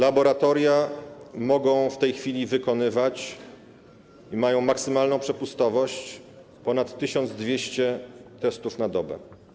Laboratoria mogą w tej chwili wykonywać - i mają maksymalną przepustowość - ponad 1200 testów na dobę.